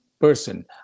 person